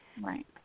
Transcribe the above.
right